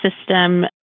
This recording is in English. system